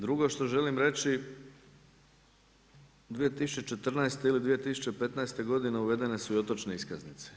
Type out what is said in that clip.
Drugo što želim reći 2014. ili 2015. godine uvedene su i otočne iskaznice.